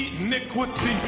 iniquity